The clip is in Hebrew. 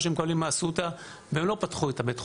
שהם מקבלים מאסותא והם לא פתחו את בית החולים.